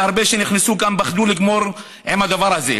והרבה שנכנסו גם פחדו לגמור עם הדבר הזה.